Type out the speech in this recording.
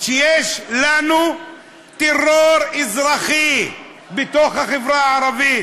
שיש לנו טרור אזרחי בתוך החברה הערבית,